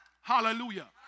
Hallelujah